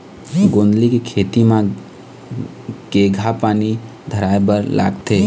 गोंदली के खेती म केघा पानी धराए बर लागथे?